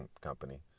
company